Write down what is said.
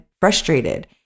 frustrated